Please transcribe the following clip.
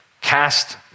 cast